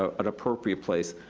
ah an appropriate place,